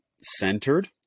centered